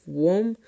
warm